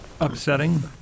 upsetting